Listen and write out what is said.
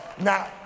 Now